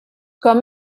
com